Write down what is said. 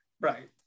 Right